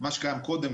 מה שקיים קודם,